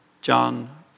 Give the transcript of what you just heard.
John